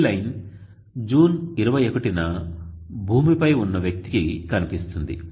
ఈ line June 21న భూమిపై ఉన్న వ్యక్తికి కనిపిస్తుంది